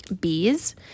bees